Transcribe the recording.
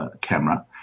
camera